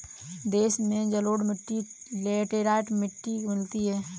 देश में जलोढ़ मिट्टी लेटराइट मिट्टी मिलती है